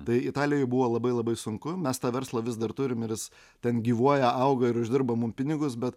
tai italijoj buvo labai labai sunku mes tą verslą vis dar turim ir jis ten gyvuoja auga ir uždirba mum pinigus bet